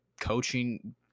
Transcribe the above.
coaching